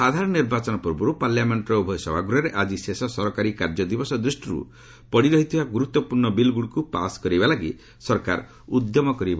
ସାଧାରଣ ନିର୍ବାଚନ ପୂର୍ବରୁ ପାର୍ଲାମେଙ୍କର ଉଭୟ ଗୃହରେ ଆକି ଶେଷ ସରକାରୀ କାର୍ଯ୍ୟଦିବସ ଦୃଷ୍ଟିରୁ ପଡ଼ିରହିଥିବା ଗୁରୁତ୍ୱପୂର୍ଣ୍ଣ ବିଲ୍ଗୁଡ଼ିକୁ ପାସ୍ କରାଇବା ଲାଗି ସରକାର ଆଜି ଉଦ୍ୟମ କରିବେ